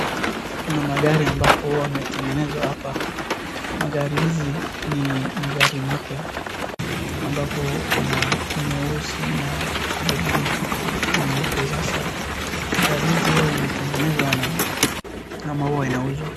Kuna maagri ambapo huwa imetengenezwa hapo. Magari hizi ni magari mapya ambapo kuna nyeusi na vilevile nyeupe. Sasa magari hizi hua imetengenezwa na ama hua inauzwa.